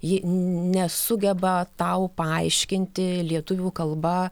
ji nesugeba tau paaiškinti lietuvių kalba